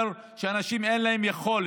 זה אומר שלאנשים אין יכולת